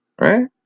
right